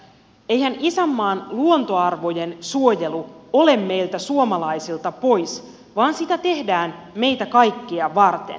eihän isänmaan luontoarvojen suojelu ole meiltä suomalaisilta pois vaan sitä tehdään meitä kaikkia varten